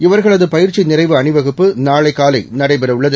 இவர்களது பயிற்சி நிறைவு அணிவகுப்பு நாளை காலை நடைபெற உள்ளது